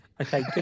Okay